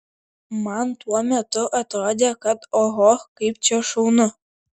man tuo metu atrodė kad oho kaip čia šaunu